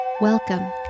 Welcome